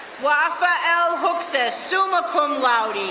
wafa l. hookses, summa cum laude.